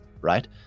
right